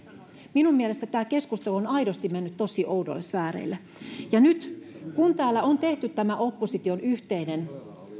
minun mielestäni tämä keskustelu on aidosti mennyt tosi oudoille sfääreille nyt kun täällä on tehty tämä opposition yhteinen